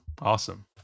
awesome